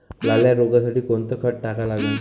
लाल्या रोगासाठी कोनचं खत टाका लागन?